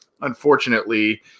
Unfortunately